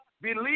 believe